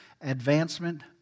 advancement